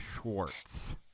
Schwartz